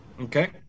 Okay